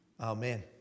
Amen